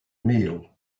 meal